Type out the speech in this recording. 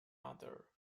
other